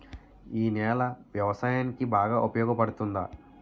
ఈ నేల వ్యవసాయానికి బాగా ఉపయోగపడుతుందా?